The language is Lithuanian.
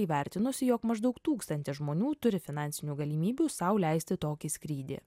įvertinusi jog maždaug tūkstantis žmonių turi finansinių galimybių sau leisti tokį skrydį